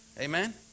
Amen